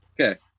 Okay